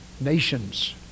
nations